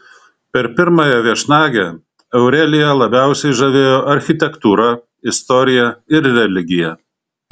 per pirmąją viešnagę aureliją labiausiai žavėjo architektūra istorija ir religija